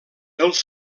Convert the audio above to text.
els